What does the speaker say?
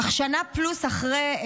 אך שנה פלוס אחרי,